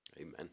Amen